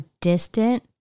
distant